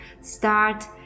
start